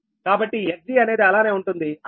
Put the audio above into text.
కాబట్టి Xg అనేది అలానే ఉంటుంది అనగా 0